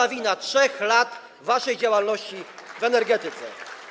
To wina 3 lat waszej działalności w energetyce.